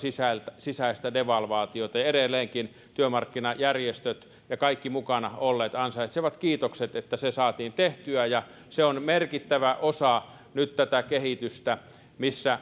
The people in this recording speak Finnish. sisäistä devalvaatiota edelleenkin työmarkkinajärjestöt ja kaikki mukana olleet ansaitsevat kiitokset että se saatiin tehtyä ja se on merkittävä osa tätä kehitystä missä